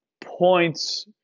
points